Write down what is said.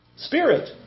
Spirit